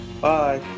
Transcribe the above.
bye